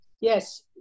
yes